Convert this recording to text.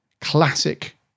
classic